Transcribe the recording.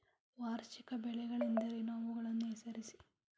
ವಾರ್ಷಿಕ ಬೆಳೆಗಳೆಂದರೇನು? ಅವುಗಳನ್ನು ಹೆಸರಿಸಿ?